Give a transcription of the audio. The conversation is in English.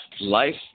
Life